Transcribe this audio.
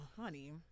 honey